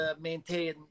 maintain